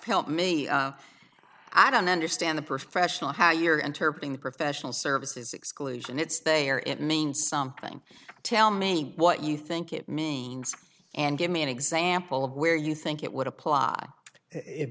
help me i don't understand the professional how you're interpreting the professional services exclusion it's they are it means something tell me what you think it means and give me an example of where you think it would apply it